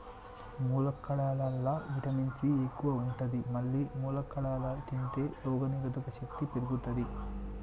ములక్కాడలల్లా vitamin C ఎక్కువ ఉంటది మల్లి ములక్కాడలు తింటే రోగనిరోధక శక్తి పెరుగుతది